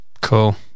Cool